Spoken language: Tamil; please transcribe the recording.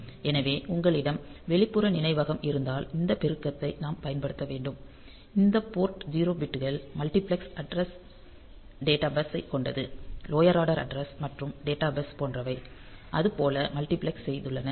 எனவே உங்களிடம் வெளிப்புற நினைவகம் இருந்தால் இந்த பெருக்கத்தை நாம் பயன்படுத்த வேண்டும் இந்த போர்ட் 0 பிட்கள் மல்டிபிளெக்ஸ் அட்ரஸ் டேட்டா பஸ் ஸை கொண்டது லோயர் ஆர்டர் அட்ரஸ் மற்றும் டேட்டா பஸ் போன்றவை அது போல் மல்டிபிளெக்ஸ் செய்துள்ளன